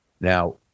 Now